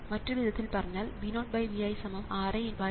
മറ്റൊരു വിധത്തിൽ പറഞ്ഞാൽ V0Vi 6 1 6A0